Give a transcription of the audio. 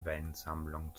weinsammlung